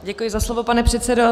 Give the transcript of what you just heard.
Děkuji za slovo, pane předsedo.